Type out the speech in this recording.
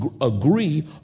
agree